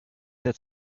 that